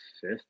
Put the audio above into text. fifth